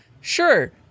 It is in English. Sure